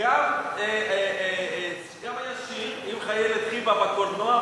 גם היה שיר עם חיילת חיב"ה בקולנוע,